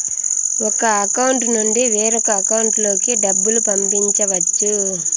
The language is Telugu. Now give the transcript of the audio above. ఒక అకౌంట్ నుండి వేరొక అకౌంట్ లోకి డబ్బులు పంపించవచ్చు